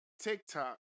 TikTok